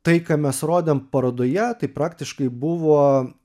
tai ką mes rodėm parodoje tai praktiškai buvo